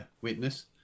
witness